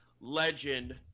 legend